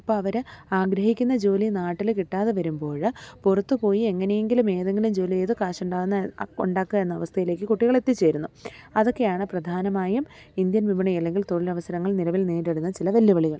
അപ്പോൾ അവർ ആഗ്രഹിക്കുന്ന ജോലി നാട്ടിൽ കിട്ടാതെ വരുമ്പോൾ പുറത്തു പോയി എങ്ങനെയെങ്കിലും ഏതെങ്കിലും ജോലി ചെയ്തു കാശുണ്ടാകുന്ന ഉണ്ടാക്കുക എന്ന അവസ്ഥയിലേക്ക് കുട്ടികൾ എത്തി ചേരുന്നു അതൊക്കെയാണ് പ്രധാനമായും ഇന്ത്യൻ വിപണി അല്ലെങ്കിൽ തൊഴിൽ അവസരങ്ങൾ നിലവിൽ നേരിടുന്ന ചില വെല്ലുവിളികൾ